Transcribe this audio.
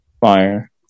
fire